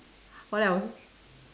what else